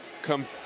come